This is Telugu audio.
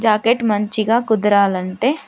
జాకెట్ మంచిగా కుదరాలంటే